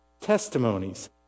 testimonies